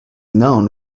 known